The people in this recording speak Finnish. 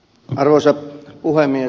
arvoisa puhemies